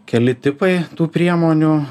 keli tipai tų priemonių